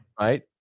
right